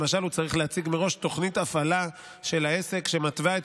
למשל הוא צריך להציג מראש תוכנית הפעלה של העסק שמתווה את